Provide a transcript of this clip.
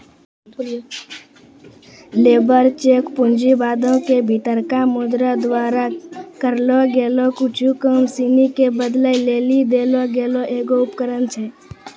labour cheque पूँजीवादो के भीतरका मुद्रा द्वारा करलो गेलो कुछु काम सिनी के बदलै लेली देलो गेलो एगो उपकरण छै